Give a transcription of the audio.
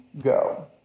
go